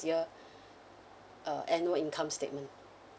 year uh annual income statement